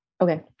Okay